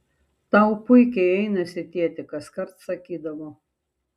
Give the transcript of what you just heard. tau puikiai einasi tėti kaskart sakydavo